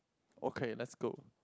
okay let's go